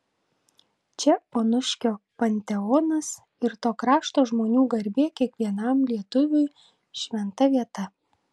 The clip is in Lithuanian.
čia onuškio panteonas ir to krašto žmonių garbė kiekvienam lietuviui šventa vieta